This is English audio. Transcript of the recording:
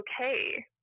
okay